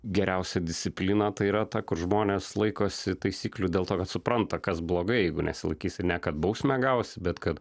geriausia disciplina tai yra ta kur žmonės laikosi taisyklių dėl to kad supranta kas blogai jeigu nesilaikys ir ne kad bausmę gausi bet kad